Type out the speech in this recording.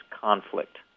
conflict